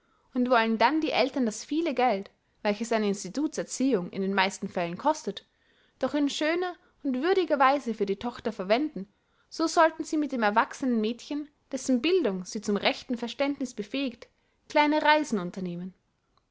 und wollen dann die eltern das viele geld welches eine institutserziehung in den meisten fällen kostet doch in schöner und würdiger weise für die tochter verwenden so sollten sie mit dem erwachsenen mädchen dessen bildung sie zum rechten verständniß befähigt kleine reisen unternehmen